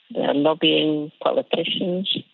and lobbying politicians,